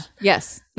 Yes